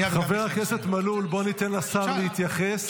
חבר הכנסת מלול, בוא ניתן לשר להתייחס.